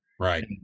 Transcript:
Right